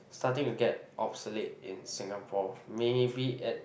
starting to get obsolete in Singapore maybe at